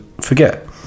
forget